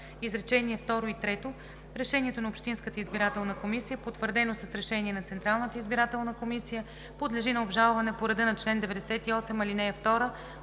изречения второ и трето: “Решението на общинската избирателна комисия, потвърдено с решение на Централната избирателна комисия, подлежи на обжалване по реда на чл. 98, ал. 2